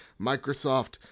Microsoft